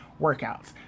workouts